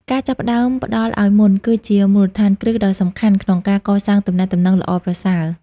ការចាប់ផ្តើមផ្តល់ឲ្យមុន គឺជាមូលដ្ឋានគ្រឹះដ៏សំខាន់ក្នុងការកសាងទំនាក់ទំនងល្អប្រសើរ។